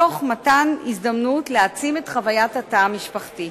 תוך מתן הזדמנות להעצים את חוויית התא המשפחתי.